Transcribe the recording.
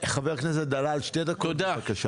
חבר הכנסת דלל, שתי דקות, בבקשה.